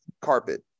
carpet